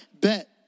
bet